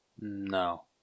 No